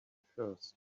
first